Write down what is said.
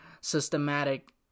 systematic